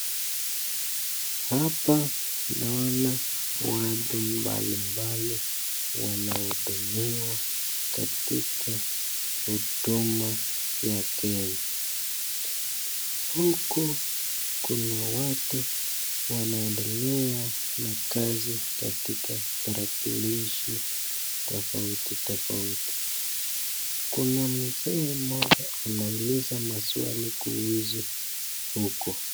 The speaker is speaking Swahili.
Hapa naona watu mbalimbali wanaotumiwa katika huduma ya Kenya. Huku kuna watu wanaendelea na kazi katika tarakilishi tofauti tofauti, kuna mzee mmoja anauliza maswali kuhusu huko.